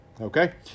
Okay